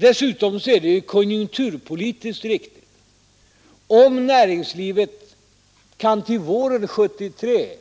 Dessutom är det konjunkturpolitiskt riktigt om näringslivet kan till våren 1973,